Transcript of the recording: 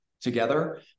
together